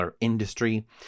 industry